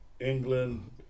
England